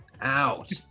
out